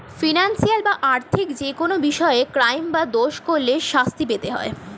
financial বা আর্থিক যেকোনো বিষয়ে ক্রাইম বা দোষ করলে শাস্তি পেতে হয়